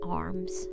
arms